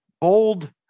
bold